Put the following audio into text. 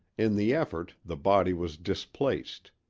in the effort the body was displaced.